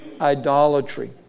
idolatry